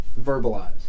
Verbalize